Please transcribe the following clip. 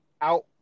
out